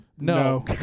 No